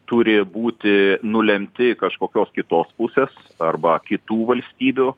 turi būti nulemti kažkokios kitos pusės arba kitų valstybių